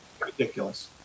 ridiculous